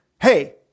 hey